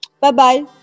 Bye-bye